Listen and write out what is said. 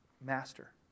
master